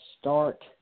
start